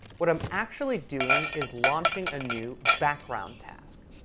what i'm actually doing is launching a new background task.